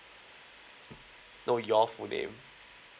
no your full name